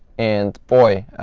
and boy,